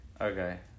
Okay